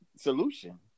solution